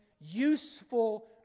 useful